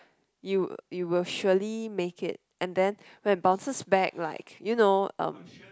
you you will surely make it and then when bounces back like you know um